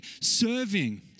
serving